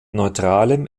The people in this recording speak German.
neutralem